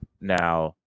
now